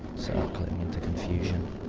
circling into confusion.